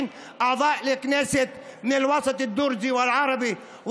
חברי הכנסת מהמגזר הדרוזי והערבי,